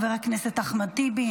חבר הכנסת אחמד טיבי,